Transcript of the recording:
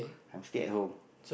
I'm still at home